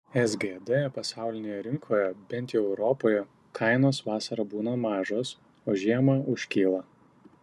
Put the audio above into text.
sgd pasaulinėje rinkoje bent jau europoje kainos vasarą būna mažos o žiemą užkyla